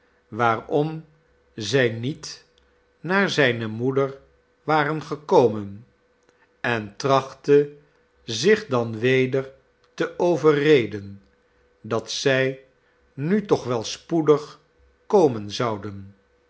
waarom zij niet naar zijne moeder waren gekomen en trachtte zich dan weder te overreden dat zij nu toch wel spoedig komen zouden